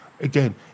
again